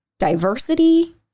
diversity